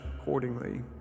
accordingly